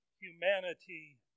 humanity